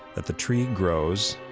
that the tree grows,